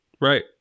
Right